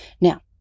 Now